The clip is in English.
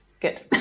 Good